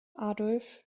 adolf